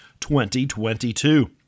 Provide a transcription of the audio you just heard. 2022